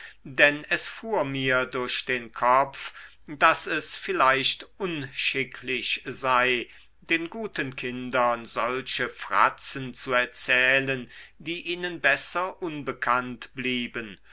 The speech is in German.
denn es fuhr mir durch den kopf daß es vielleicht unschicklich sei den guten kindern solche fratzen zu erzählen die ihnen besser unbekannt blieben